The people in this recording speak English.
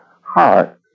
heart